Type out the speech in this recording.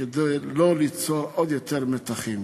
כדי לא ליצור עוד יותר מתחים.